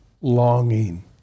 longing